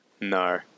No